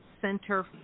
center